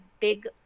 big